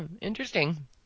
Interesting